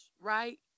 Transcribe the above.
right